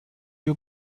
you